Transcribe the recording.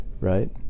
right